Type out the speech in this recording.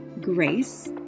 grace